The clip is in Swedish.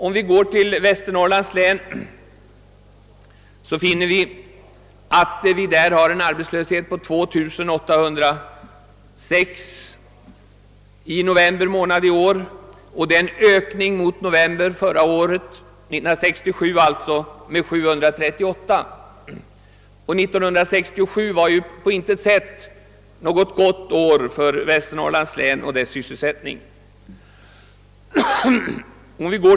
Om vi går till Västernorrlands län finner vi där en arbetslöshet på 2806 i november månad i år. Det är en ökning med 738 i jämförelse med november månad 1967. 1967 var ju på intet sätt något gott år för Västernorrlands län och dess sysselsättning.